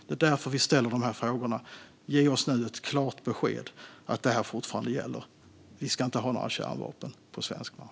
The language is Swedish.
Det är därför som vi ställer dessa frågor. Ge oss nu ett klart besked om att detta fortfarande gäller. Vi ska inte ha några kärnvapen på svensk mark.